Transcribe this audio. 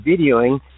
videoing